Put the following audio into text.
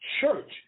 church